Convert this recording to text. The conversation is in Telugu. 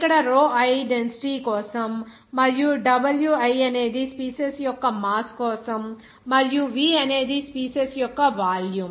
ఇక్కడ rho i డెన్సిటీ కోసం మరియు Wi అనేది స్పీసీస్ యొక్క మాస్ కోసం మరియు V అనేది స్పీసీస్ యొక్క వాల్యూమ్